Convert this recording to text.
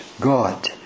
God